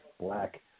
black